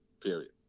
Period